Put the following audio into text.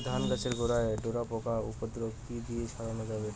ধান গাছের গোড়ায় ডোরা পোকার উপদ্রব কি দিয়ে সারানো যাবে?